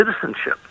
citizenship